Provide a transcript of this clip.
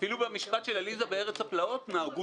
אפילו במשפט של עליזה בארץ הפלאות נהגו